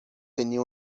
tenía